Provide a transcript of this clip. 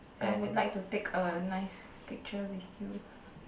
I would like to take a nice picture with you